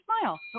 smile